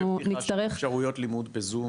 נצטרך --- מה עם אפשריות לימוד בזום